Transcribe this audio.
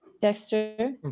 dexter